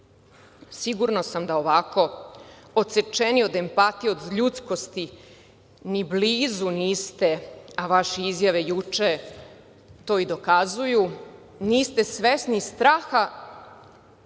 Sigurna sam da ovako odsečeni od empatije, od ljudskosti ni blizu, a vaše izjave juče to i dokazuju, niste svesni straha